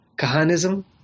Kahanism